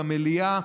במליאה,